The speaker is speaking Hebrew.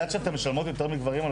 ידעת שאתן משלמות יותר מגברים?